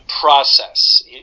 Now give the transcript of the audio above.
process